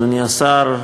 אדוני השר,